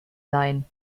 sein